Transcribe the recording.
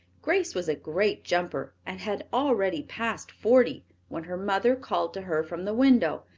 grace was a great jumper and had already passed forty when her mother called to her from the window.